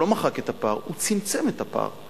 הוא צמצם את הפער,